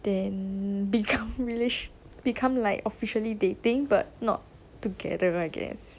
then become relation~ become like officially dating but not together I guess